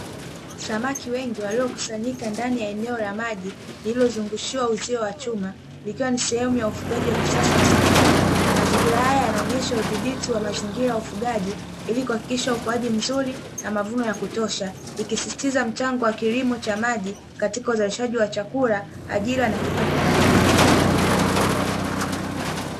Samaki wengi walikusanyika ndani ya eneo la maji liliozungushiwa uzio wa chuma, likiwa ni sehemu ya ufugaji wa kisasa wa samaki. Mazingira haya yanaonyesha udhibiti wa mazingira ya ufugaji ili kuhakikisha ukuaji mzuri na mavuno ya kutosha, ikisisitiza mchango wa kilimo cha maji katika uzalishaji wa chakula, ajira na kipato kwa jamii."